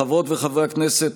חברות וחברי הכנסת,